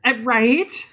Right